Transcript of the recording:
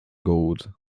gold